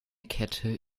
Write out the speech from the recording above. kette